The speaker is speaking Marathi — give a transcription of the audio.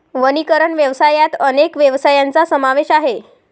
वनीकरण व्यवसायात अनेक व्यवसायांचा समावेश आहे